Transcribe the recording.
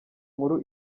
nkuru